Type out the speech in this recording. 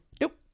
Nope